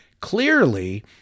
Clearly